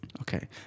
Okay